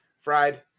fried